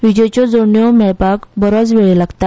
वीजेच्यो जोडण्यो मेळपाक बरोच वेळ लागता